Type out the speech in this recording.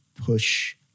push